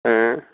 ഏ